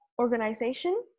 organization